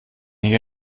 hier